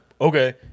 okay